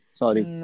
sorry